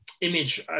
image